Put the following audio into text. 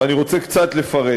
ואני רוצה קצת לפרט,